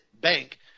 bank